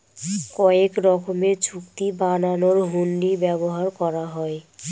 কয়েক রকমের চুক্তি বানানোর হুন্ডি ব্যবহার করা হয়